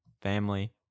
family